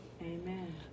Amen